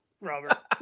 robert